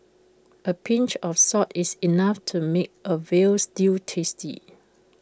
A pinch of salt is enough to make A Veal Stew tasty